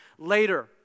later